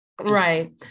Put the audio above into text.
Right